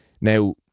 Now